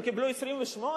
הם קיבלו 28,